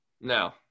No